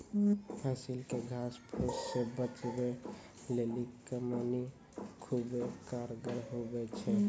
फसिल के घास फुस से बचबै लेली कमौनी खुबै कारगर हुवै छै